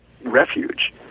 refuge